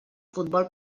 futbol